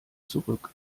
zurück